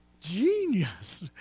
genius